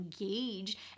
engaged